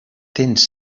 tens